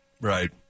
right